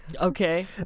Okay